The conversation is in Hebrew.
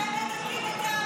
אתם --- את העם שלכם.